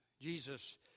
Jesus